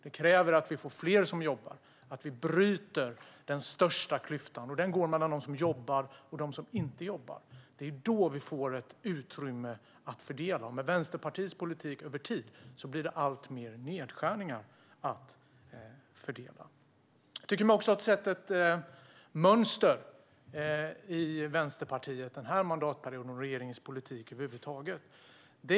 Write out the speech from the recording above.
Det kräver att vi får fler som jobbar och att vi bryter den största klyftan, som går mellan dem som jobbar och dem som inte jobbar. Det är då vi får ett utrymme att fördela. Med Vänsterpartiets politik över tid blir det alltmer nedskärningar att fördela. Jag tycker mig också ha sett ett mönster i Vänsterpartiet, och i regeringens politik över huvud taget, under den här mandatperioden.